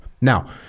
Now